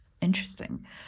Interesting